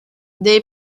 they